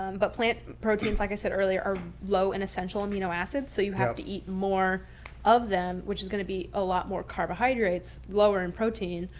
um but plant proteins, like i said earlier, are low in essential amino acids. so you have to eat more of them, which is going to be a lot more carbohydrates, lower in protein.